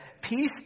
Peace